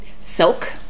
Silk